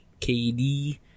KD